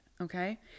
Okay